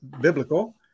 biblical